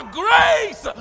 grace